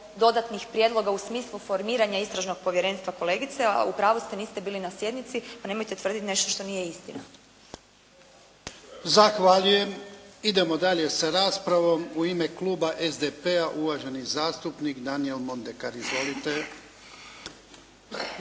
dodatnih prijedloga u smislu formiranja istražnog povjerenstva kolegice. A u pravu ste, niste bili na sjednici pa nemojte tvrditi nešto što nije istina. **Jarnjak, Ivan (HDZ)** Zahvaljujem. Idemo dalje sa raspravom. U ime kluba SDP-a uvaženi zastupnik Daniel Mondekar. Izvolite.